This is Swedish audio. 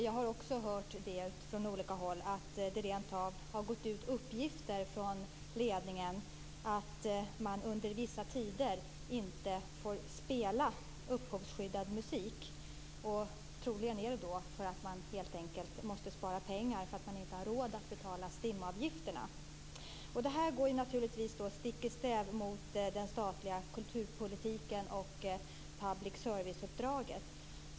Jag har också hört från olika håll att det rent av har gått ut uppgifter från ledningen om att man under vissa tider inte får spela upphovsrättsskyddad musik. Troligen måste man helt enkelt spara pengar därför att man inte har råd att betala Stimavgifterna. Det här går naturligtvis stick i stäv med den statliga kulturpolitiken och public service-uppdraget.